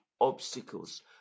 obstacles